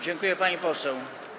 Dziękuję, pani poseł.